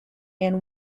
and